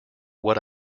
what